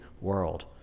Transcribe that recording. world